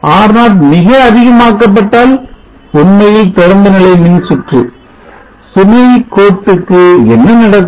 R0 மிக அதிகமாக்கப்பட்டால் உண்மையில் திறந்தநிலை மின்சுற்று சுமை கோட்டுக்கு என்ன நடக்கும்